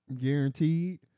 Guaranteed